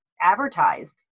advertised